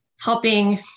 helping